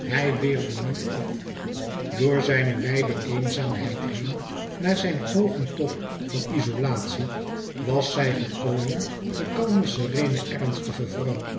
hij weerde niet af door zijne wijde eenzaamheid heen naar zijn hoogen top van izolatie was zij gekomen de kalme sereene ernstige vrouw